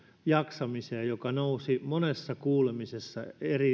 jaksamiseen joka nousi monessa kuulemisessa